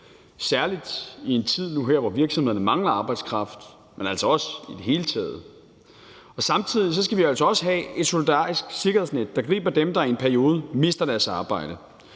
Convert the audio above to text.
særlig i en tid nu her, hvor virksomhederne mangler arbejdskraft, men altså også i det hele taget. Samtidig skal vi altså også have et solidarisk sikkerhedsnet, der griber dem, der i en periode mister deres arbejde.